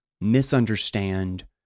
misunderstand